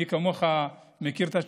מי כמוך מכיר את התשובה.